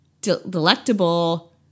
delectable